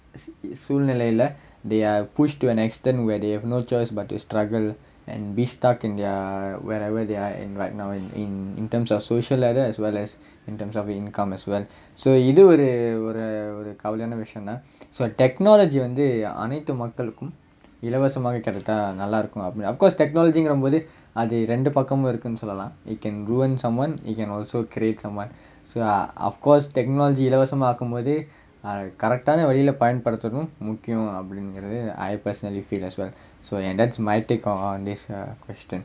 சூழ்நிலைல:soolnilaila they are pushed to an extent where they have no choice but to struggle and be stuck in wherever they are in right now in in terms of social ladder as well as in terms of income as well so இது ஒரு ஒரு ஒரு கவலையான விஷயம் தான்:ithu oru oru oru kavalaiyaana vishayam thaan so technology வந்து அனைத்து மக்களுக்கும் இலவசமாக கிடைச்சா நல்லா இருக்கும் அப்படின்னு:vanthu anaithu makkalukkum ilavasamaaga kidaichaa nallaa irukkum appadinnu of course technology ங்கறம் போது அது ரெண்டு பக்கமும் இருக்குனு சொல்லலாம்:ngram pothu athu rendu pakkamum irukkunu sollalaam it can ruin someone it can also create someone so uh of course technology இலவசம் ஆக்கும் போது:ilavasam aakkum pothu uh correct ஆன வழியில பயன்படுத்தனும் முக்கியம் அப்படிங்கிறது:aana valiyila payanpaduthanum mukkiyam appdingirathu I personally feel as well so uh that's my take on that question